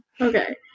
Okay